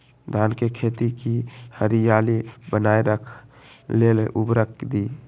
धान के खेती की हरियाली बनाय रख लेल उवर्रक दी?